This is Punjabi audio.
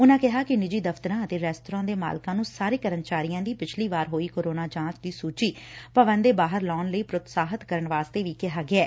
ਉਨੁਾਂ ਕਿਹਾ ਕਿ ਨਿੱਜੀ ਦਫ਼ਤਰਾਂ ਅਤੇ ਰੇਂਸਤਰਾਂ ਦੇ ਮਾਲਕਾਂ ਨੂੰ ਸਾਰੇ ਕਰਮਚਾਰੀਆਂ ਦੀ ਪਿਛਲੀ ਵਾਰ ਹੋਈ ਕੋਰੋਨਾ ਜਾਂਚ ਦੀ ਸੁਚੀ ਭਵਨ ਦੇ ਬਾਹਰ ਲਾਉਣ ਲਈ ਪ੍ਰੋਤਸਾਹਿਤ ਕਰਨ ਵਾਸਤੇ ਵੀ ਕਿਹੈ